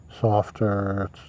softer